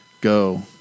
go